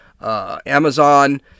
Amazon